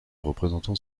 représentants